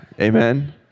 Amen